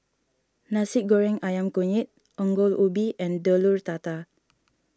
Nasi Goreng Ayam Kunyit Ongol Ubi and Telur Dadah